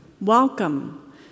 welcome